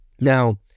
Now